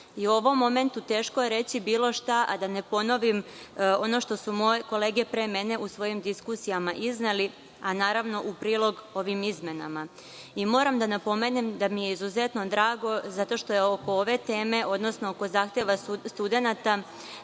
i u ovom momentu teško je reći bilo šta, a da ne ponovim ono što su moje kolege pre mene u svojim diskusijama izneli, a naravno u prilog ovim izmenama. Moram da napomenem da mi je izuzetno drago zato što je oko ove teme, odnosno oko zahteva studenata